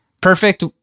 perfect